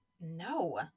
No